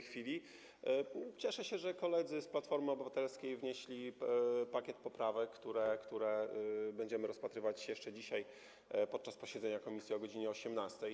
Cieszę się, że koledzy z Platformy Obywatelskiej wnieśli pakiet poprawek, które będziemy rozpatrywać jeszcze dzisiaj podczas posiedzenia komisji o godz. 18.